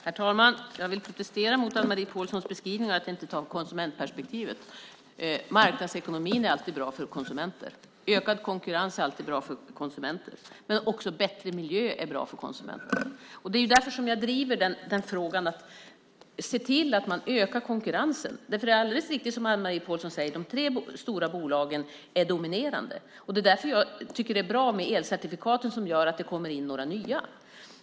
Herr talman! Jag vill protestera emot Anne-Marie Pålssons beskrivning av att jag inte tar konsumentperspektivet. Marknadsekonomin är alltid bra för konsumenter. Ökad konkurrens är alltid bra för konsumenter. Men också bättre miljö är bra för konsumenter. Det är därför jag driver frågan om att se till att man ökar konkurrensen. Det är alldeles riktigt som Anne-Marie Pålsson säger: De tre stora bolagen är dominerande. Det är därför jag tycker att det är bra med elcertifikaten, som gör att det kommer in några nya.